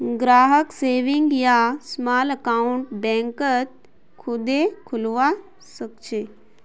ग्राहक सेविंग या small account बैंकत खुदे खुलवा छे